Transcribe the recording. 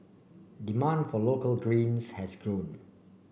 demand for local greens has grown